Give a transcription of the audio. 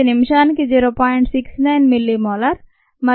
69 millimole మరియు k m 40